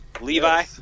Levi